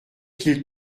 qu’il